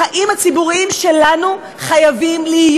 החיים הציבוריים שלנו חייבים להיות